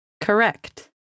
Correct